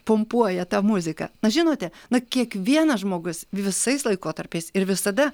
pumpuoja tą muziką na žinote na kiekvienas žmogus visais laikotarpiais ir visada